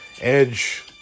Edge